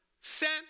sent